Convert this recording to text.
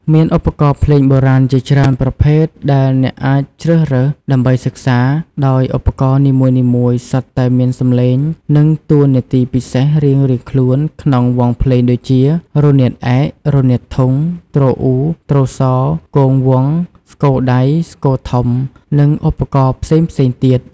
មានឧបករណ៍ភ្លេងបុរាណជាច្រើនប្រភេទដែលអ្នកអាចជ្រើសរើសដើម្បីសិក្សា ដោយឧបករណ៍នីមួយៗសុទ្ធតែមានសំឡេង និងតួនាទីពិសេសរៀងៗខ្លួនក្នុងវង់ភ្លេងដូចជា រនាតឯក រនាតធុង ទ្រអ៊ូ ទ្រសោ គងវង់ ស្គរដៃ ស្គរធំ និងឧបករណ៍ផ្សេងៗទៀត។